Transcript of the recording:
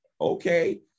okay